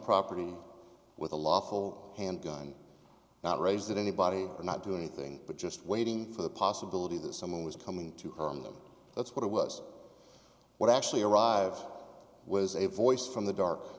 property with a law full handgun not raise that anybody or not do anything but just waiting for the possibility that someone was coming to harm them that's what it was what actually arrive was a voice from the dark